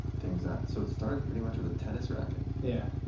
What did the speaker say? things out. so it started pretty much with a tennis racket yeah.